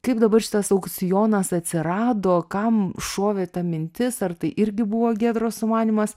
kaip dabar šitas aukcionas atsirado kam šovė ta mintis ar tai irgi buvo giedros sumanymas